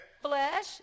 flesh